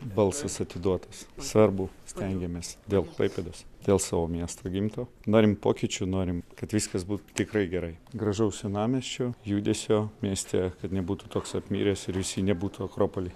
balsas atiduotas svarbu stengiamės dėl klaipėdos dėl savo miesto gimto norim pokyčių norim kad viskas būtų tikrai gerai gražaus senamiesčio judesio mieste kad nebūtų toks apmiręs ir visi nebūtų akropoly